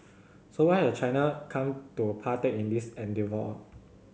so why has China come to partake in this endeavour